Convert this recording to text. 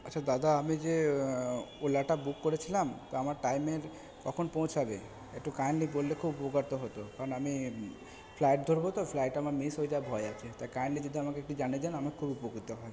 আচ্ছা দাদা আমি যে ওলাটা বুক করেছিলাম তো আমার টাইমের কখন পৌঁছাবে একটু কাইন্ডলি বললে খুব উপকারটা হতো কারণ আমি ফ্লাইট ধরব তো ফ্লাইট আমার মিস হয়ে যাওয়ার ভয় আছে তাই কাইন্ডলি যদি আমাকে একটু জানিয়ে দেন তাহলে আমার খুব উপকৃত হয়